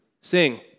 Sing